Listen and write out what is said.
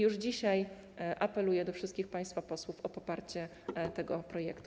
Już dzisiaj apeluję do wszystkich państwa posłów o poparcie tego projektu.